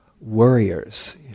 worriers